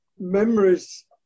memories